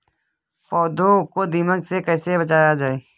पौधों को दीमक से कैसे बचाया जाय?